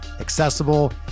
accessible